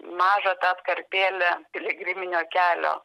mažą tą atkarpėlę piligriminio kelio